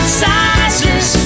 sizes